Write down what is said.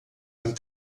amb